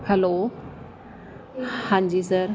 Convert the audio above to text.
hello ਹਾਂਜੀ sir